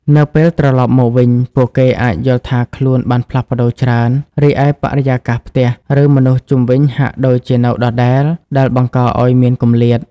នៅពេលត្រឡប់មកវិញ ពួកគេអាចយល់ថាខ្លួនបានផ្លាស់ប្តូរច្រើន រីឯបរិយាកាសផ្ទះ ឬមនុស្សជុំវិញហាក់ដូចជានៅដដែល ដែលបង្កឱ្យមានគម្លាត។